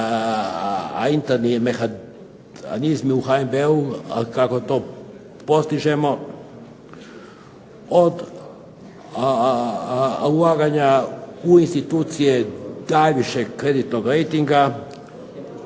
interni mehanizmi u HNB-u, a kako to postižemo od ulaganja u institucije najvišeg kreditnog rejtinga,